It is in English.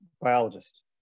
biologist